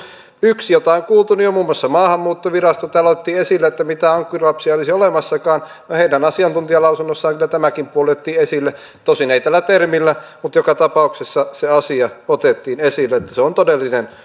yksi jota on kuultu on muun muassa maahanmuuttovirasto täällä otettiin esille ettei mitään ankkurilapsia olisi olemassakaan no heidän asiantuntijalausunnossaan kyllä tämäkin puoli otettiin esille tosin ei tällä termillä mutta joka tapauksessa se asia otettiin esille että se on todellinen